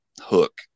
hook